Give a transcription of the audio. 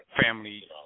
family